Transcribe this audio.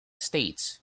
states